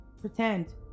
pretend